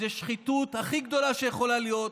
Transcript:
זו שחיתות הכי גדולה שיכולה להיות,